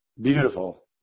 beautiful